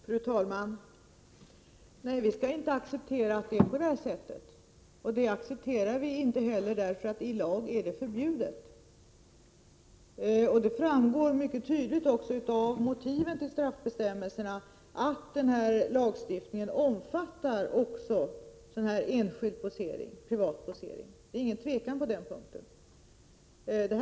Fru talman! Nej, vi skall inte acceptera att det är på det här sättet. Det gör vi inte heller — i lag är det förbjudet. Det framgår också mycket tydligt av motiven till straffbestämmelserna att lagstiftningen omfattar också enskild, privat, posering. Det föreligger inget tvivel på den punkten.